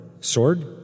sword